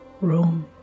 room